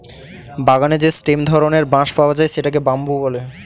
বাগানে যে স্টেম ধরনের বাঁশ পাওয়া যায় সেটাকে বাম্বু বলে